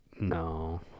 No